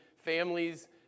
families